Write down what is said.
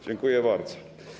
Dziękuję bardzo.